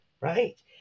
right